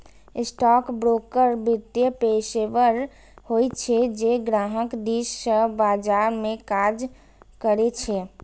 stockbroker वित्तीय पेशेवर होइ छै, जे ग्राहक दिस सं बाजार मे काज करै छै